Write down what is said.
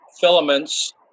filaments